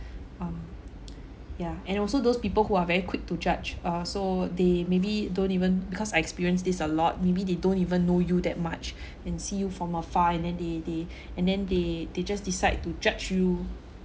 um ya and also those people who are very quick to judge uh so they maybe don't even because I experienced this a lot maybe they don't even know you that much and see you from afar and then they they and then they they just decide to judge you